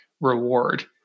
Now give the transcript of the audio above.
reward